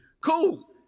cool